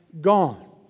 gone